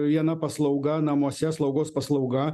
viena paslauga namuose slaugos paslauga